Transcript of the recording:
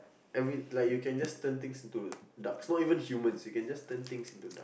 every like you can just turn things into ducks not even humans you can just turn things into ducks